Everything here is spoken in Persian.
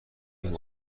ریم